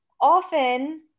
often